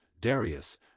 Darius